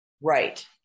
Right